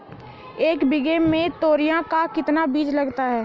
एक बीघा में तोरियां का कितना बीज लगता है?